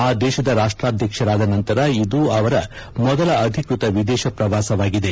ಆ ದೇಶದ ರಾಷ್ನಾಧ್ಯಕ್ಷರಾದ ನಂತರ ಇದು ಅವರ ಮೊದಲ ಅಧಿಕೃತ ವಿದೇಶ ಪ್ರವಾಸವಾಗಿದೆ